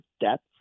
depth